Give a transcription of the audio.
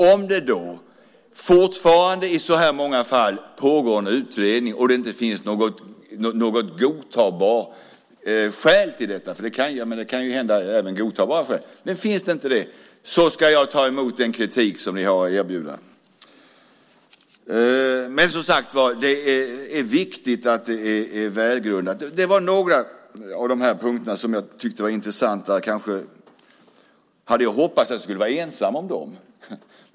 Om det då fortfarande i så här många fall pågår en utredning och det inte finns något godtagbart skäl till det - det kan ju finnas godtagbara skäl - ska jag ta emot den kritik ni har. Men det är, som sagt, viktigt att det är välgrundat. Det var några punkter som jag tyckte var intressanta. Jag hade kanske hoppats att jag skulle vara ensam om dem.